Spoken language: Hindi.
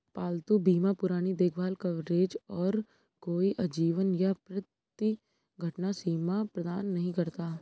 पालतू बीमा पुरानी देखभाल कवरेज और कोई आजीवन या प्रति घटना सीमा प्रदान नहीं करता